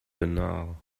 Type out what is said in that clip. banal